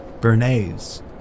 Bernays